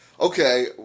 Okay